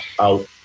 out